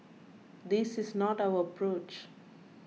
this is not our approach